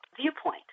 viewpoint